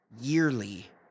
yearly